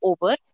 over